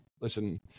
listen